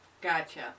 Gotcha